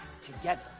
together